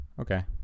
okay